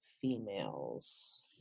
females